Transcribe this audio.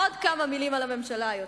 עוד כמה מלים על הממשלה היוצאת.